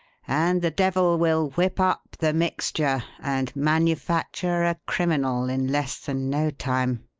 and the devil will whip up the mixture and manufacture a criminal in less than no time.